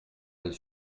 aller